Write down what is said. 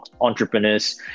entrepreneurs